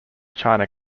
china